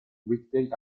weekday